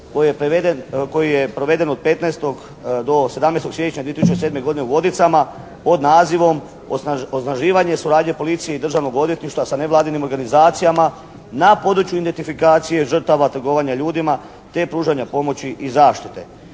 koji je proveden od 15. do 17. siječnja 2007. godine u Vodicama pod nazivom "Osnaživanje suradnje policije i Državnog odvjetništva sa nevladinim organizacijama na području identifikacije žrtava trgovanja ljudima te pružanja pomoći i zaštite".